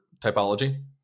typology